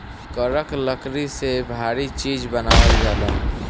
करक लकड़ी से भारी चीज़ बनावल जाला